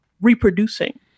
reproducing